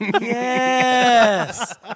Yes